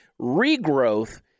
regrowth